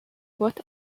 what